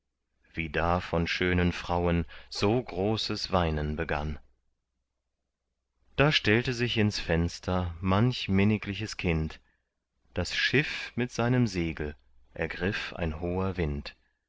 wie da von schönen frauen so großes weinen begann da stellte sich ins fenster manch minnigliches kind das schiff mit seinem segel ergriff ein hoher wind